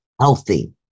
healthy